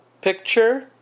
picture